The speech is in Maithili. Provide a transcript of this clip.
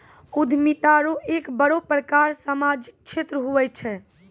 उद्यमिता रो एक बड़ो प्रकार सामाजिक क्षेत्र हुये छै